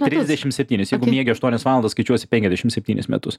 trisdešimt septynis jeigu miegi aštuonias valandas skaičiuosi penkiasdešimt septynis metus